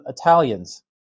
Italians